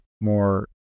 more